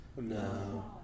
no